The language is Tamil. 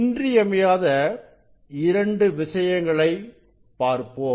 இன்றியமையாத இரண்டு விஷயங்களை பார்ப்போம்